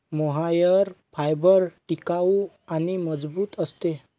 mohair fibre टिकाऊ आणि मजबूत असते